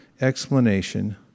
explanation